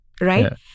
right